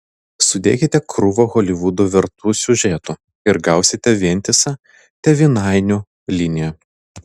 sudėkite krūvą holivudo vertų siužetų ir gausite vientisą tėvynainių liniją